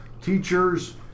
teachers